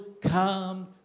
come